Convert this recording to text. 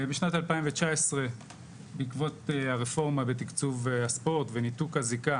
בשנת 2019 בעקבות הרפורמה בתקצוב הספורט וניתוק זיקה